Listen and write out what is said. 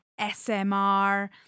SMR